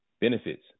Benefits